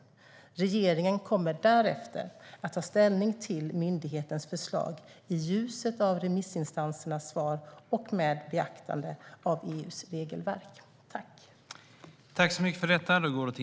Regeringen kommer därefter att ta ställning till myndighetens förslag i ljuset av remissinstansernas svar och med beaktande av EU:s regelverk.